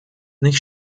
nicht